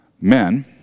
men